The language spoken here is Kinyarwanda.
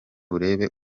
urebe